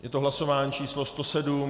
Je to hlasování číslo 107.